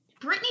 Britney